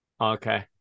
Okay